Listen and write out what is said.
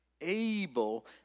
able